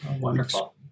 wonderful